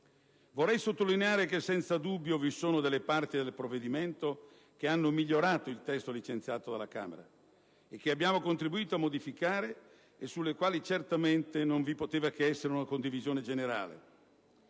Vorrei sottolineare che senza dubbio vi sono delle parti del provvedimento sulle quali vi è stato un miglioramento rispetto al testo licenziato dalla Camera, che abbiamo contribuito a modificare e sulle quali certamente non vi poteva che essere una condivisione generale.